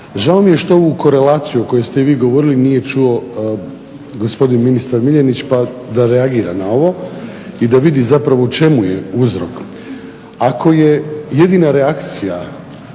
Žao mi je što ovu korelaciju koju ste vi govorili nije čuo gospodin ministar Miljenić pa da reagira na ovo i da vidi zapravo u čemu je uzrok. Ako je jedina reakcija